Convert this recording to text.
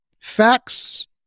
facts